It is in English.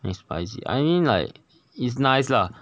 mcspicy I mean like is nice lah